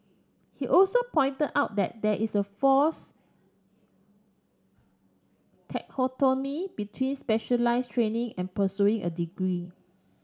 he also pointed out that there is a false between specialise training and pursuing a degree